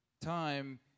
time